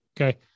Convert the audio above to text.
Okay